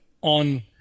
on